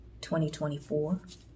2024